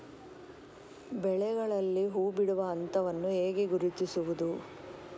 ಬೆಳೆಗಳಲ್ಲಿ ಹೂಬಿಡುವ ಹಂತವನ್ನು ಹೇಗೆ ಗುರುತಿಸುವುದು?